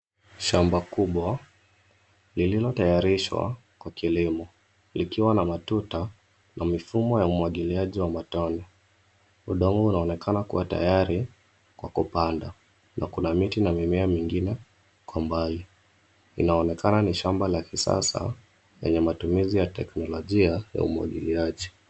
Shamba kubwa , lililotayarishwa kwa kilimo. Likiwa na matuta na mfumo wa umwagiliaji wa matone. Udongo unaonekana kuwa tayari kwa kupanda, na kuna miti na mimea mingine kwa mbali. Inaonekana ni shamba la kisasa lenye matumizi ya teknolojia ya umwagiliaji.